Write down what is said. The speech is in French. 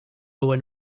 owen